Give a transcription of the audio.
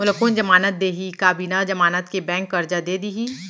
मोला कोन जमानत देहि का बिना जमानत के बैंक करजा दे दिही?